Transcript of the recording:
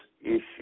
issues